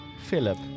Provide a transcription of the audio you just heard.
Philip